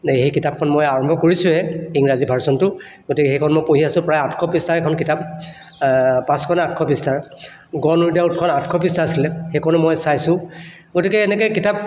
সেই কিতাপখন মই আৰম্ভ কৰিছোঁহে ইংৰাজী ভাৰশ্যনটো গতিকে সেইখন মই পঢ়ি আছোঁ প্ৰায় আঠশ পৃষ্ঠাৰ এখন কিতাপ পাঁচশ নে আঠশ পৃষ্ঠাৰ গন ৱিথ দা ৱিনখন আঠশ পৃষ্ঠাৰ আছিলে সেইখনো মই চাইছোঁ গতিকে এনেকৈ কিতাপ